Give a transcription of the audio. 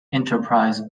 enterprise